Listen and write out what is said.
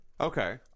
Okay